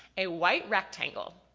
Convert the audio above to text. a white rectangle.